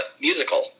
musical